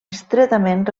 estretament